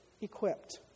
equipped